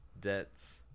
debts